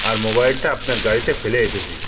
আর মোবাইলটা আপনার গাড়িতে ফেলে এসেছি